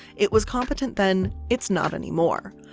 it was competent then, it's not anymore.